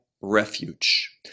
refuge